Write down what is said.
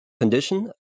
condition